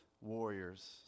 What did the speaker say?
warriors